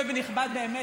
ונכבד באמת,